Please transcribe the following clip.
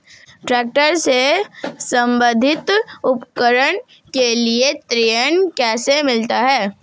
Tractor से संबंधित उपकरण के लिए ऋण कैसे मिलता है?